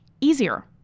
easier